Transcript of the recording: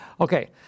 Okay